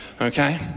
Okay